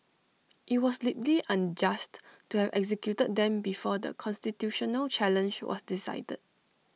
IT was deeply unjust to have executed them before the constitutional challenge was decided